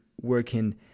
working